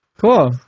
Cool